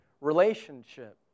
relationship